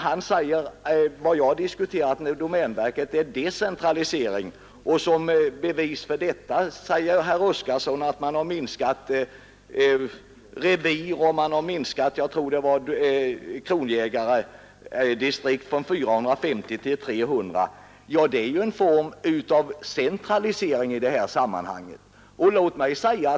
Han säger att vad jag har diskuterat med domänverket är decentralisering, och som bevis för detta anför han att man har minskat antalet revir och kronojägardistrikt — tror jag det var — från 450 till 300. Ja, det är ju en form av centralisering i detta sammanhang.